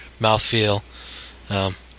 mouthfeel